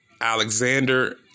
Alexander